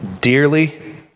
Dearly